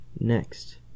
next